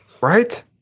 Right